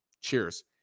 cheers